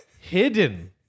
hidden